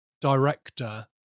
director